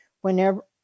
Whenever